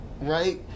Right